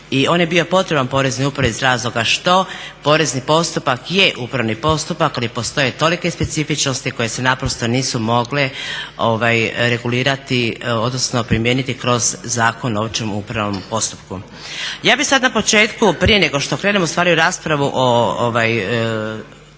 I on je bio potreban Poreznoj upravi iz razloga što porezni postupak je upravni postupak, ali postoje tolike specifičnosti koje se naprosto nisu mogle regulirati, odnosno primijeniti kroz Zakon o općem upravnom postupku. Ja bih sad na početku prije nego što krenemo u stvari u raspravu o